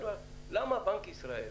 למה בנק ישראל